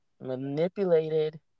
manipulated